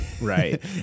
right